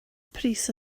pris